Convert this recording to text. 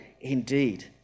indeed